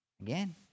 Again